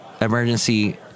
emergency